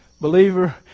Believer